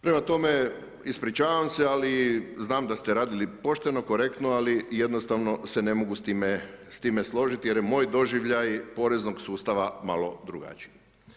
Prema tome, ispričavam se, ali znam da ste radili pošteno, korektno, ali jednostavno se ne mogu s time složiti jer je moj doživljaj poreznog sustava malo drugačiji.